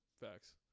Facts